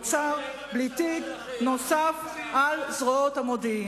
ועוד שר בלי תיק נוסף על זרועות המודיעין.